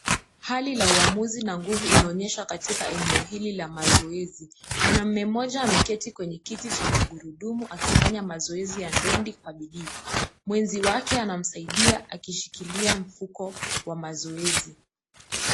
Hali la uamuzi na nguvu inaonyesha katika eneo hili la mazoezi, mwanamume mmoja ameketi kwenye kiti cha magurudumu akifanya mazoezi ya ndondi kwa bidii, mwenzi wake anamsaidia akishikilia mfuko wa mazoezi.